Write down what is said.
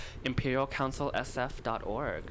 ImperialCouncilSF.org